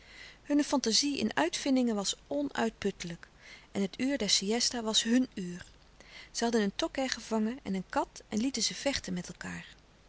hunne fantazie in uitvindingen was onuitputtelijk en het uur der siësta was hun uur zij hadden een tokkè gevangen en een kat en lieten ze vechten met elkaâr